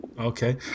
Okay